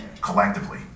collectively